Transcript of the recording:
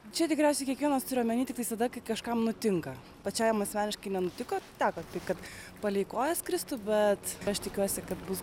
čia tikriausiai kiekvienas turi omeny tiktais tada kai kažkam nutinka pačiai man asmeniškai nutiko teko taip kad palei kojas kristų bet aš tikiuosi kad bus